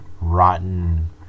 rotten